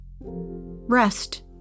Rest